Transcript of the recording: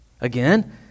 again